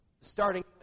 starting